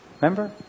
Remember